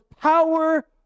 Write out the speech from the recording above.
power